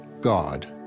God